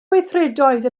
gweithredoedd